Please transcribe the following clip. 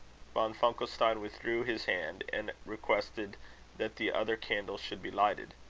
von funkelstein withdrew his hand, and requested that the other candle should be lighted.